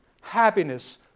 happiness